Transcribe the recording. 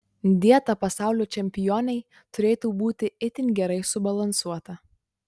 dieta pasaulio čempionei turėtų būti itin gerai subalansuota